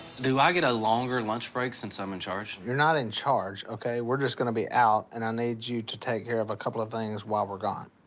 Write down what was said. do i get a longer lunch break since i'm in charge? you're not in charge, okay. we're just gonna be out and i need you take care of a couple of things while we're gone.